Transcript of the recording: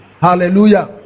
Hallelujah